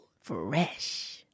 Fresh